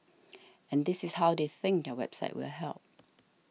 and this is how they think their website will help